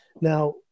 Now